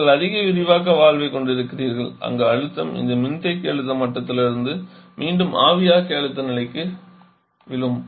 நீங்கள் அதிக விரிவாக்க வால்வைக் கொண்டிருக்கிறீர்கள் அங்கு அழுத்தம் இந்த மின்தேக்கி அழுத்த மட்டத்திலிருந்து மீண்டும் ஆவியாக்கி அழுத்த நிலைக்கு விழும்